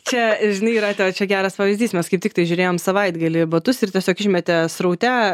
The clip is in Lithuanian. čia žinai yra tau čia geras pavyzdys mes kaip tiktai žiūrėjom savaitgalį batus ir tiesiog išmetė sraute